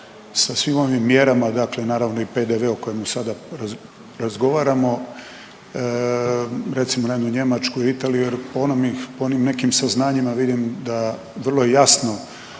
sa svim ovim mjerama, dakle naravno i PDV o kojem sada razgovaramo. Recimo, naime, u Njemačkoj, Italiji, po onim nekim saznanjima vidim da vrlo jasno